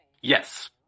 Yes